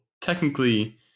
technically